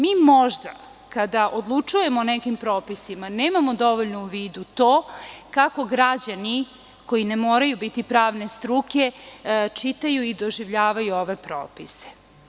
Mi možda kada odlučujemo o nekim propisima nemamo dovoljno u vidu to kako građani koji ne moraju biti pravne struke čitaju i doživljavaju ove propise.